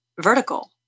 vertical